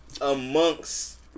amongst